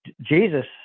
Jesus